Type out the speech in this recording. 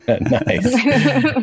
Nice